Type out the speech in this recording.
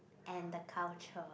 and the culture